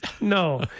No